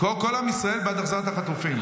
כל עם ישראל בעד החזרת החטופים.